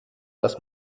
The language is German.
dass